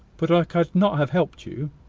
but i could not have helped you.